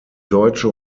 deutsche